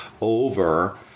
over